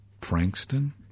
Frankston